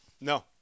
No